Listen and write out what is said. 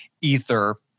ether